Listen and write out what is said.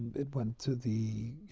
it went to the,